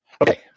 Okay